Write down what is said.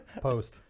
Post